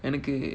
எனக்கு:enakku